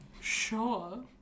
Sure